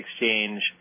Exchange